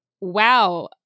wow